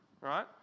Right